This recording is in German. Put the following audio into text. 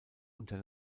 unter